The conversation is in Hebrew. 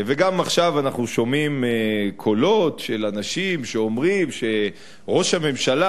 וגם עכשיו אנחנו שומעים קולות של אנשים שאומרים שראש הממשלה